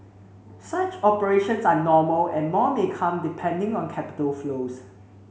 such operations are normal and more may come depending on capital flows